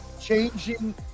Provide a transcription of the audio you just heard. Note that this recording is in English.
changing